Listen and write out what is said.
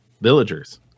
villagers